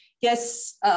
Yes